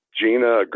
Gina